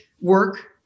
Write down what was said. work